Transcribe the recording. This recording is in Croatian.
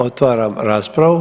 Otvaram raspravu.